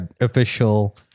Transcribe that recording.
official